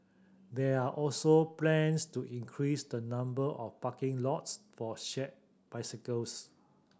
there are also plans to increase the number of parking lots for shared bicycles